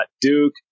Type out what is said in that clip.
Duke